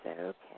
okay